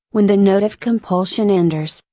when the note of compulsion enters,